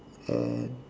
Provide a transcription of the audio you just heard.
and